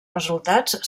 resultats